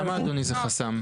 למה, אדוני, זה חסם?